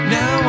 Now